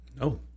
No